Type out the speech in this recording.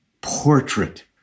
portrait